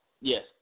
Yes